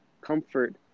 comfort